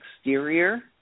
exterior